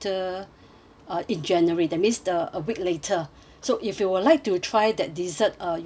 uh in january that means the a week later so if you would like to try that dessert uh you um